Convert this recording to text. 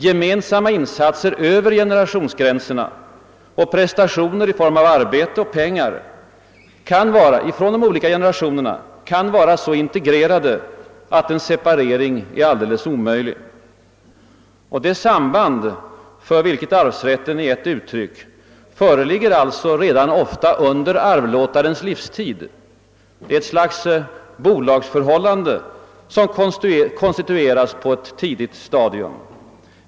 Gemensamma insatser över generationsgränserna och prestationer i form av arbete eller pengar från de olika generationerna kan vara så integrerade, att en separering är helt omöjlig. Det samband, för vilket arvsrätten är ett uttryck, föreligger alltså ofta redan under arvlåtarens livstid. Ett »bolagsförhållande» konstitueras på ett tidigt stadium.